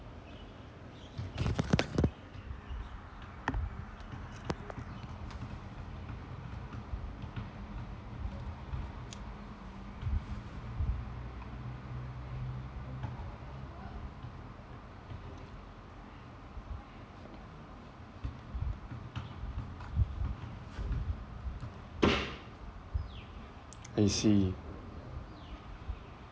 I see